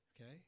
okay